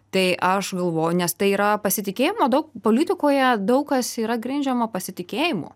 tai aš galvoju nes tai yra pasitikėjimo daug politikoje daug kas yra grindžiama pasitikėjimu